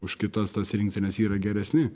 už kitas tas rinktines yra geresni